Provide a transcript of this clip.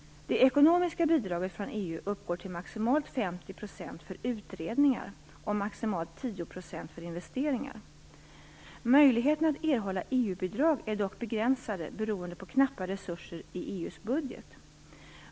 Det ekonomiska bidraget från EU uppgår till maximalt 50 % för utredningar och maximalt 10 % för investeringar. Möjligheterna att erhålla EU-bidrag är dock begränsade beroende på knappa resurser i EU:s budget.